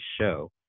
show